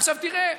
עכשיו תראה,